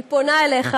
אני פונה אליך,